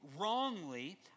wrongly